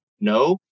no